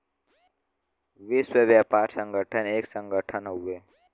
विश्व व्यापार संगठन एक संगठन हउवे